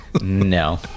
No